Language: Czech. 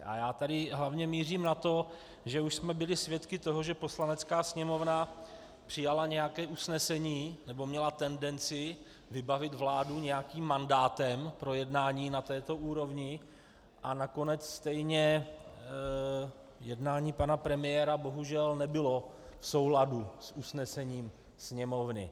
A já tady hlavně mířím na to, že už jsme byli svědky toho, že Poslanecká sněmovna přijala nějaké usnesení nebo měla tendenci vybavit vládu nějakým mandátem pro jednání na této úrovni, a nakonec stejně jednání pana premiéra bohužel nebylo v souladu s usnesením Sněmovny.